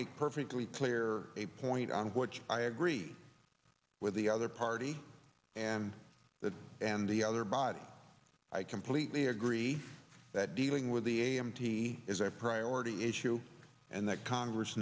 make perfectly clear a point on which i agree with the other party and that and the other body i completely agree that dealing with the a m t is a priority issue and that congress